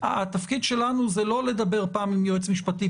התפקיד שלנו זה לא לדבר פעם עם ייעוץ משפטי,